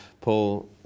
Paul